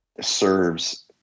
serves